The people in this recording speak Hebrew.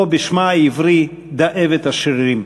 או בשמה העברי דאבת השרירים.